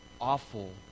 awful